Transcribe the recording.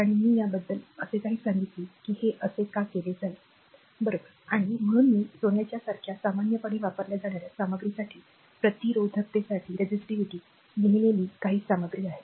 आणि मी या बद्दल असे काही सांगितले की हे असे का केले जाईल बरोबर आणि म्हणून मी सोन्याच्या सारख्या सामान्यपणे वापरल्या जाणार्या सामग्रीसाठी प्रतिरोधकतेसाठी लिहिलेली काही सामग्री आहे